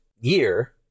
year